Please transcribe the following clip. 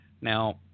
Now